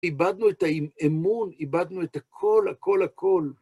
איבדנו את האמון, איבדנו את הכל, הכל, הכל.